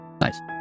nice